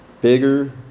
Bigger